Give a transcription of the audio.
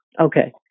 Okay